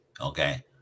okay